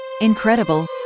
Incredible